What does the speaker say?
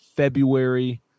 February